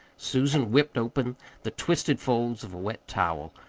susan whipped open the twisted folds of a wet towel.